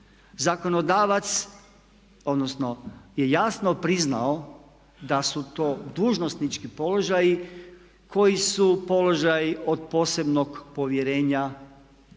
Zakonodavac, odnosno je jasno priznao da su to dužnosnički položaji koji su položaji od posebnog povjerenja predsjednika,